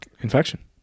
infection